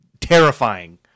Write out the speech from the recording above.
terrifying